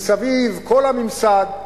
מסביב כל הממסד,